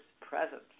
presence